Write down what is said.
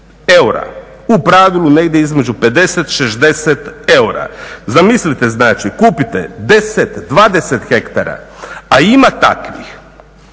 u pravilu negdje između 50, 60 eura. Zamislite znači, kupite 10, 20 hektara a ima takvih